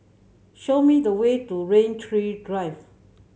show me the way to Rain Tree Drive